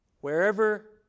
wherever